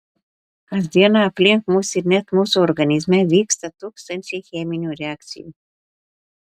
kas dieną aplink mus ir net mūsų organizme vyksta tūkstančiai cheminių reakcijų